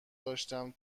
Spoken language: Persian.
داشتم